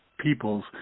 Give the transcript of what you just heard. peoples